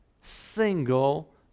single